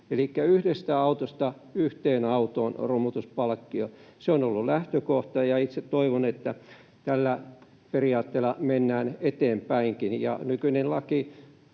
yhdestä autosta yhteen autoon romutuspalkkio, se on ollut lähtökohta, ja itse toivon, että tällä periaatteella mennään eteenpäinkin. Nykyinen laki